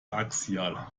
axial